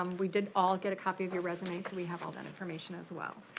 um we did all get a copy of your resume, so we have all that information as well.